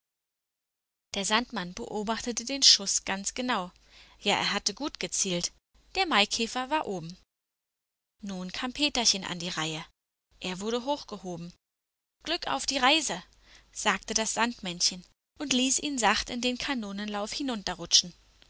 der sandmann beobachtete den schuß ganz genau ja er hatte gut gezielt der maikäfer war oben nun kam peterchen an die reihe er wurde hochgehoben glück auf die reise sagte das sandmännchen und ließ ihn sacht in den kanonenlauf